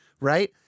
right